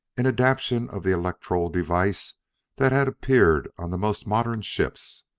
an adaptation of the electrol device that had appeared on the most modern ships,